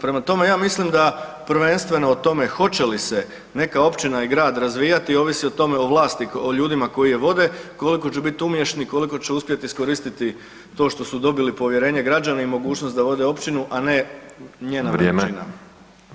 Prema tome, ja mislim da prvenstveno o tome hoće li se neka općina i grad razvijat ovisi o tome o vlasti o ljudima koji je vode, koliko će biti umješni, koliko će uspjet iskoristiti to što su dobili povjerenje građana i mogućnost da vode općinu, a ne njena veličina.